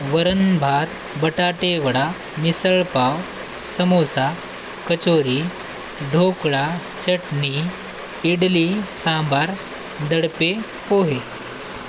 वरण भात बटाटेवडा मिसळ पाव समोसा कचोरी ढोकळा चटणी इडली सांबार दडपे पोहे